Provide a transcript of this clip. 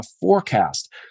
forecast